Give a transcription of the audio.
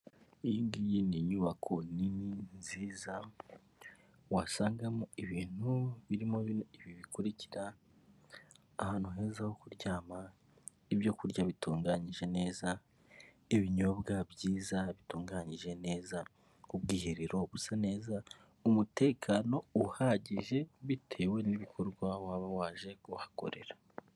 Iyo ngiyi ni inyubako nini nziza wasangamo ibintu birimo ibi bikurikira ahantu heza ho kuryama ibyo kurya bitunganyije neza, ibinyobwa byiza bitunganyije neza ubwiherero busa neza, umutekano uhagije bitewe n'ibikorwa waba waje kuhakorera.